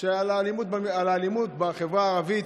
על האלימות בחברה הערבית,